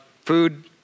food